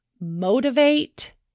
motivate